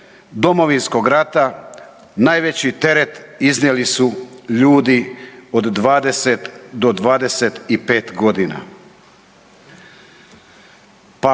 Domovinskog rata najveći teret iznijeli su ljudi od 20 do 25 godina.